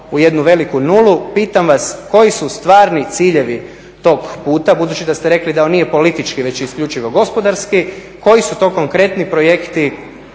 u jednu veliku nulu, pitam vas koji su stvarni ciljevi tog puta, budući da ste rekli da on nije politički već isključivo gospodarski, koji su to konkretni projekti